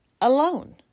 alone